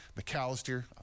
McAllister